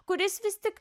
kuris vis tik